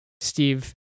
Steve